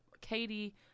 Katie